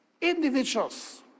individuals